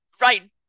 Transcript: right